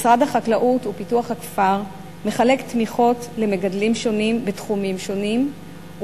משרד החקלאות ופיתוח הכפר מחלק תמיכות למגדלים שונים בתחומים שונים,